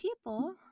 people